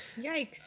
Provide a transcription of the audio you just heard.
Yikes